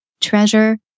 treasure